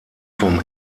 vom